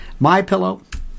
MyPillow